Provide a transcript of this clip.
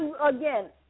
again